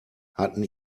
hatten